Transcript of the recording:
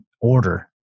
order